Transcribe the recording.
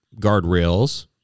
guardrails